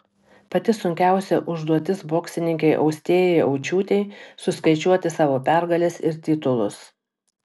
pati sunkiausia užduotis boksininkei austėjai aučiūtei suskaičiuoti savo pergales ir titulus